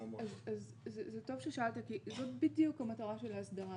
זה טוב ששאלת, כי זאת בדיוק המטרה של ההסדרה.